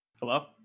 Hello